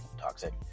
toxic